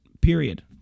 period